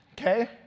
Okay